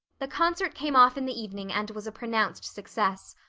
the concert came off in the evening and was a pronounced success.